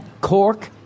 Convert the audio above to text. Cork